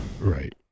Right